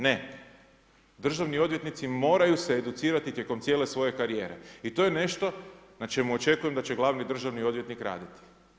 Ne, državni odvjetnici moraju se educirati tijekom cijele svoje karijere i to je nešto na čemu očekujem da će glavni državni odvjetnik raditi.